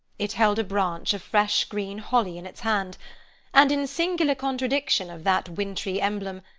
it held a branch of fresh green holly in its hand and, in singular contradiction of that wintry emblem,